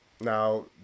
Now